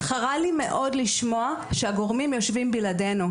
חרה לי מאוד לשמוע שהגורמים יושבים בלעדינו.